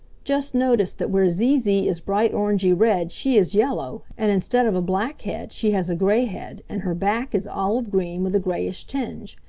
just notice that where zee zee is bright orange-y red she is yellow, and instead of a black head she has a gray head and her back is olive-green with a grayish tinge.